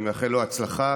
אני מאחל לו הצלחה,